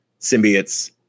symbiotes